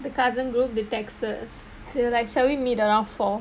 the cousin group they texted they were like shall we meet around four